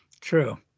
True